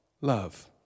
love